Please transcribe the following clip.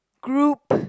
group